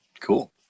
Cool